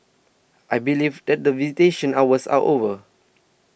I believe that visitation hours are over